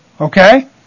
Okay